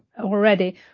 already